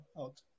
out